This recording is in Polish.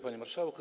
Panie Marszałku!